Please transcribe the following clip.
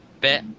bit